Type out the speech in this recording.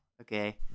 okay